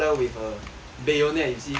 bayonet you see